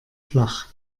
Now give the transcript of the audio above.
flach